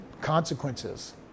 consequences